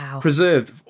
preserved